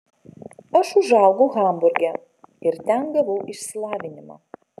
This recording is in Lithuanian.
aš užaugau hamburge ir ten gavau išsilavinimą